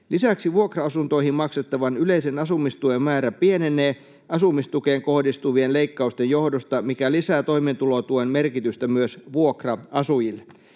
Lisäksi vuokra-asuntoihin maksettavan yleisen asumistuen määrä pienenee asumistukeen kohdistuvien leikkausten johdosta, mikä lisää toimeentulotuen merkitystä myös vuokra-asujille.”